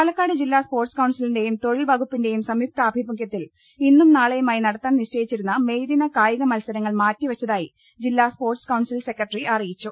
പാലക്കാട് ജില്ലാ സ്പോർട്സ് കൌൺസിലിന്റെയും തൊഴിൽ വകുപ്പിന്റെയും സംയുക്താഭിമുഖ്യത്തിൽ ഇന്നും നാളെയുമായി നടത്താൻ നിശ്ചയിച്ചിരുന്ന മെയ്ദിന കായിക മത്സരങ്ങൾ മാറ്റി വെച്ചതായി ജില്ലാ സ്പോർട്സ് കൌൺസിൽ സെക്രട്ടറി അറി യിച്ചു